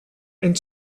and